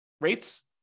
rates